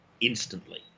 instantly